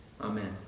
Amen